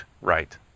right